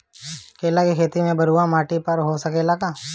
केला के खेती बलुआ माटी पर हो सकेला का?